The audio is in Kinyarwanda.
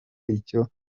icyo